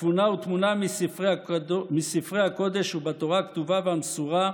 הצפונה והטמונה בספרי הקודש ובתורה הכתובה והמסורה,